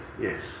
yes